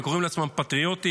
שקוראים לעצמם פטריוטים?